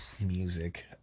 music